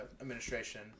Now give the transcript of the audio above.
administration